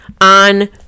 on